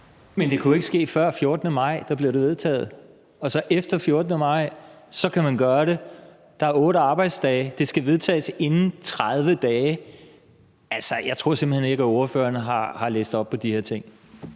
Men det kunne jo ikke ske før 14. maj, hvor det blev vedtaget. Man kunne gøre det efter 14. maj. Der er gået 8 arbejdsdage, og det skal vedtages inden 30 dage. Altså, jeg tror simpelt hen ikke, at ordføreren har læst op på de her ting.